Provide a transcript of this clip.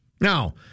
Now